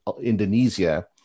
Indonesia